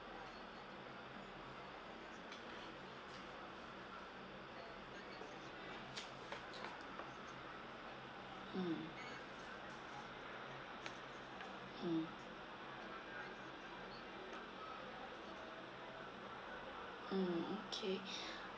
mm mm mm okay